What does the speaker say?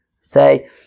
Say